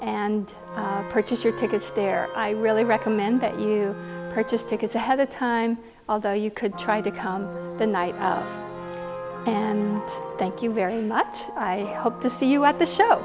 and purchase your tickets there i really recommend that you purchase tickets ahead of time although you could try to come the night and thank you very much i hope to see you at the show